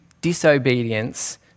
disobedience